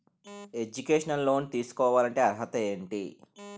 Educational loan తీసుకోవాలంటే అర్హత ఏంటి?